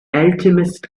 alchemist